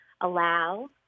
allow